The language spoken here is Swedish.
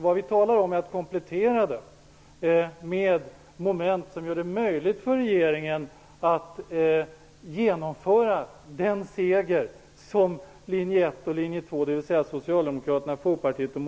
Vad vi talar om är att komplettera den med moment som gör det möjligt för regeringen att genomföra den seger som linje 1 och linje 2, dvs. Herr talman!